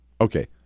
Okay